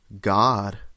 God